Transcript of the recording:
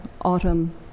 autumn